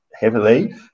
heavily